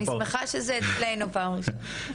אני שמחה שזה אצלינו בפעם הראשונה.